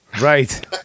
Right